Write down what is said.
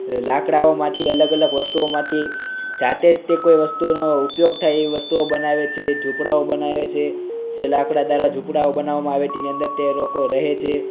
લાકડાઓમાંથી અલગ અલગ વસ્તુઓમાંથી જાતે જ તે કોઈ વસ્તુઓનો ઉપયોગ થાય એવી વસ્તુઓ બનાવે છે ઝૂંપડાઓ બનાવે છે જે લાકડા દ્વારા ઝૂંપડાઓ બનાવવામાં આવે તેની અંદર તે લોકો રહે છે